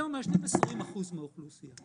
היום מעשנים 20% מהאוכלוסייה.